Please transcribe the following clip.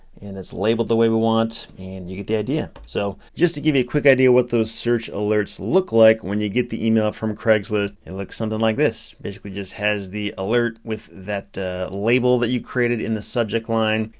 and is labeled the way we want, and you get the idea. so just to give you a quick idea what those search alerts look like, when you get the email from craigslist, it looks something like this, basically just has the alert, with that label that you created in the subject line,